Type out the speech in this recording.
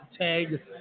tag